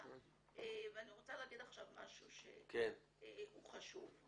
אני רוצה להגיד עכשיו משהו שהוא חשוב.